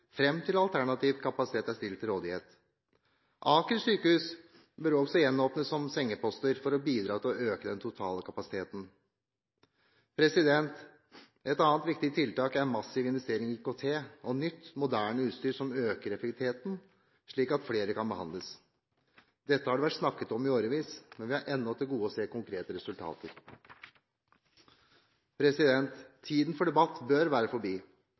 frem til alternativ kapasitet er stilt til rådighet. Aker sykehus bør også gjenåpnes med sengeposter for å bidra til å øke den totale kapasiteten. Et annet viktig tiltak er massive investeringer i IKT og nytt, moderne utstyr som øker effektiviteten, slik at flere kan behandles. Dette har det vært snakket om i årevis, men vi har ennå til gode å se konkrete resultater. Tiden for debatt bør være forbi.